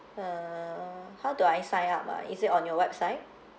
uh how do I sign up ah is it on your website